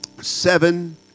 seven